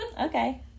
okay